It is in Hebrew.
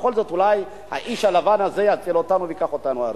בכל זאת אולי האיש הלבן הזה יציל אותנו וייקח אותנו ארצה.